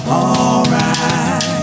alright